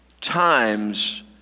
times